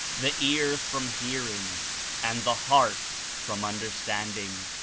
the ears from hearing and the heart from understanding.